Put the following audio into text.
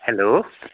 hello